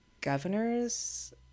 Governor's